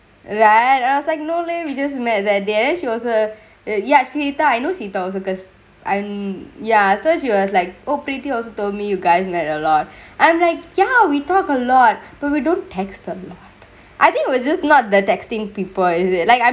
right was like no leh we just met there there she also ya actually diagnose those because I'm ya so she was like oh pretty also told me you guys mad a lot I'm like ya we talk a lot but we don't text them I think it was just not the textingk people or is it like